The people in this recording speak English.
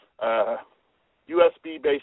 USB-based